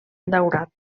daurat